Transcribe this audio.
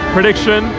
Prediction